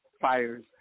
fires